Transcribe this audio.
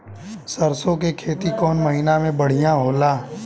सरसों के खेती कौन महीना में बढ़िया होला?